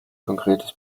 konkretes